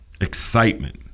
excitement